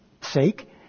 sake